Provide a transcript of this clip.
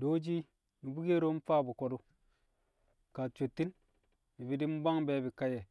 dooji nu̱bu̱ kero mfaa bu̱ ko̱du̱ kaa sottin ni̱bi̱ mbwang be̱e̱bi̱ kaye̱.